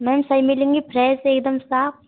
ma'am सही मिलेंगे fresh एकदम साफ